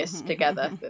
together